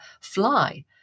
fly